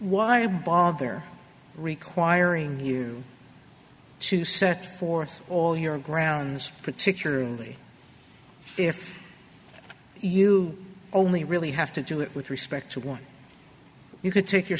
why bother requiring you to set forth all your grounds particularly if you only really have to do it with respect to one you could take your